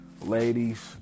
ladies